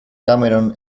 cameron